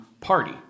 party